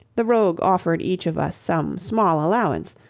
the rogue offered each of us some small allowance,